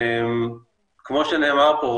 כמו שנאמר פה,